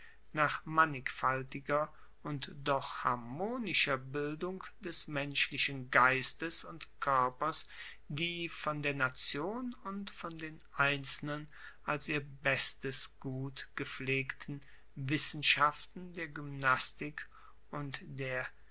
nach mannigfaltiger und doch harmonischer bildung des menschlichen geistes und koerpers die von der nation und von den einzelnen als ihr bestes gut gepflegten wissenschaften der gymnastik und der